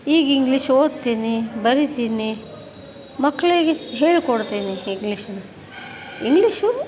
ಈಗ ಇಂಗ್ಲೀಷ್ ಓದ್ತೀನಿ ಬರೀತೀನಿ ಮಕ್ಕಳಿಗೆ ಹೇಳಿ ಕೊಡ್ತೀನಿ ಇಂಗ್ಲೀಷ್ನ ಇಂಗ್ಲೀಷು